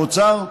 שר אוצר,